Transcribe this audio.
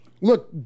look